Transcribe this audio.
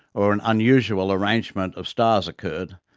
or an unusual arrangement of stars occurred,